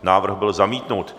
Návrh byl zamítnut.